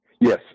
Yes